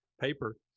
paper